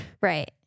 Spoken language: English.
Right